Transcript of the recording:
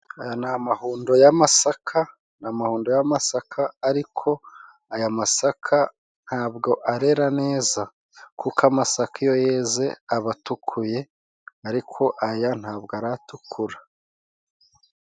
Aya ni amahundo y'amasaka n'amahudo y'amasaka, ariko aya masaka ntabwo arera neza kuko amasaka iyo yeze aba atukuye ariko aya ntabwo aratukura.